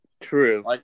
True